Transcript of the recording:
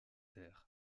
terres